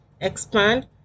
expand